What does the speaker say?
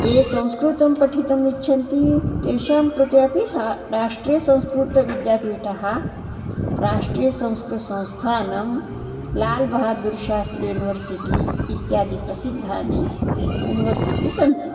ये संस्कृतं पठितुम् इच्छन्ति तेषां कृते अपि सा राष्ट्रीयसंस्कृतविद्यापीठः राष्ट्रीयसंस्कृतसंस्थानं लाल्बहादुर्शास्त्रि युनिवर्सिटि इत्यादि प्रसिद्धानि युनिवर्सिटि सन्ति